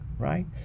right